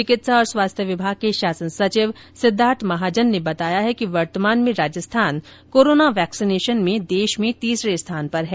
चिकित्सा और स्वास्थ्य विभाग के शासन सचिव सिद्धार्थ महाजन ने बताया है कि वर्तमान में राजस्थान कोरोना वेक्सीनेशन में देश में तीसरे स्थान पर है